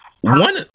One